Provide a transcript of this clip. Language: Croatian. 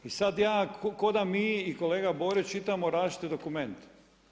I sad ja ko' da mi i kolega Borić čitamo različite dokumente.